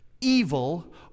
evil